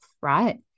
right